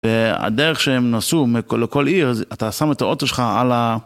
והדרך שהם נסעו לכל עיר, אתה שם את האוטו שלך על ה...